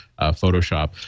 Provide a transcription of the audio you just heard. Photoshop